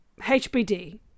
HBD